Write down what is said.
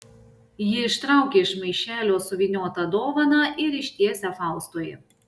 ji ištraukia iš maišelio suvyniotą dovaną ir ištiesia faustui